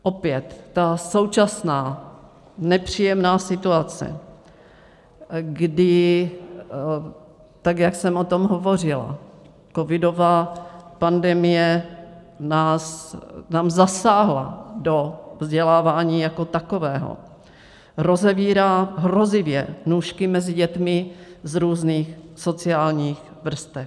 Opět ta současná nepříjemná situace, kdy, jak jsem o tom hovořila, covidová pandemie nám zasáhla do vzdělávání jako takového, rozevírá hrozivě nůžky mezi dětmi z různých sociálních vrstev.